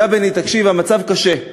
יא בני, תקשיב, המצב בבית קשה.